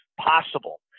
possible